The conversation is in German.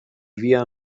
via